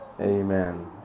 Amen